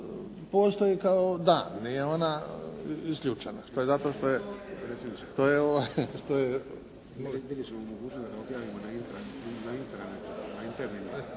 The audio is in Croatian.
postoji kao dan. Nije ona isključena. To je za to što je…